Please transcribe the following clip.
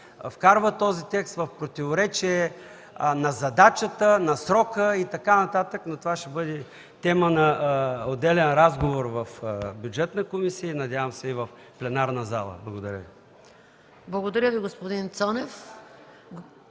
вкарва този текст в противоречие на задачата, на срока и така нататък. Но това ще бъде тема на отделен разговор в Бюджетната комисия, надявам се и в пленарната зала. Благодаря Ви. ПРЕДСЕДАТЕЛ МАЯ МАНОЛОВА: Благодаря Ви, господин Цонев.